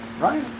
right